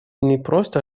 непросто